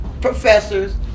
Professors